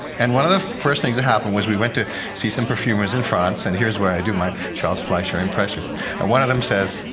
and one of the first things that happened was we went to see some perfumers in france and here's where i do my charles fleischer impression and one of them says,